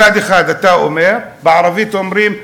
מצד אחד אתה אומר, בערבית אומרים: